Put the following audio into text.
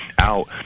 out